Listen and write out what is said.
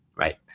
right?